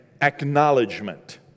acknowledgement